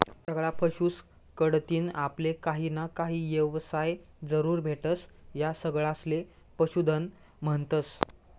सगळा पशुस कढतीन आपले काहीना काही येवसाय जरूर भेटस, या सगळासले पशुधन म्हन्तस